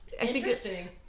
Interesting